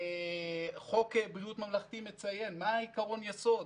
חוק בריאות ממלכתי מציין מה עיקרון היסוד.